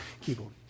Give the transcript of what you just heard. keyboard